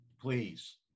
please